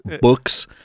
Books